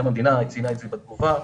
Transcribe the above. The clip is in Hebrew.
גם המדינה ציינה את זה בתגובה,